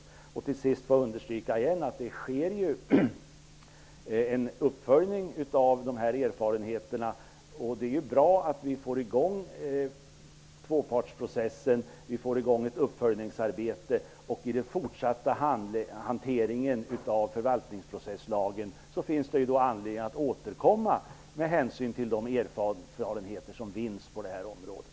Till sist vill jag återigen understryka att det sker en uppföljning av de här erfarenheterna. Det är ju bra att vi får i gång tvåpartsprocessen och ett uppföljningsarbete, och i den fortsatta hanteringen av förvaltningsprocesslagen finns det anledning att återkomma med hänsyn till de erfarenheter som vinns på det här området.